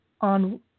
on